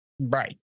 Right